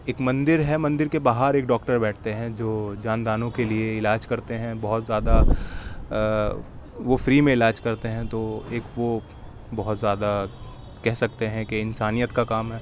ایک مندر ہے مندر کے باہر ایک ڈاکٹر بیٹھتے ہیں جو جاندانوں کے لیے علاج کرتے ہیں بہت زیادہ وہ پری میں علاج کرتے ہیں تو ایک وہ بہت زیادہ کہہ سکتے ہیں کہ انسانیت کا کام ہے